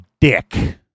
dick